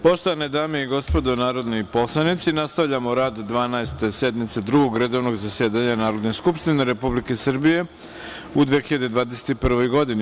Poštovane dame i gospodo narodni poslanici, nastavljamo rad Dvanaeste sednice Drugog redovnog zasedanja Narodne skupštine Republike Srbije u 2021. godini.